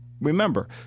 remember